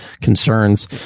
concerns